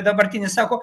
dabartinis sako